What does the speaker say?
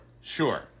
sure